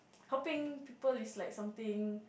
helping people is like something